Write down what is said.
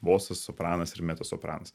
bosas sopranas ir mecosopranas